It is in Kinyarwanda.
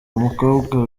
umukobwa